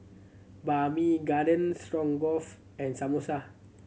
Banh Mi Garden Stroganoff and Samosa